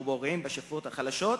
ופוגעים בשכבות החלשות,